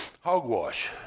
Hogwash